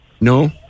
No